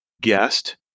guest